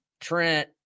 Trent